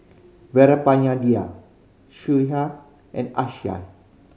Sudhir and Akshay